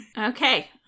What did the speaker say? Okay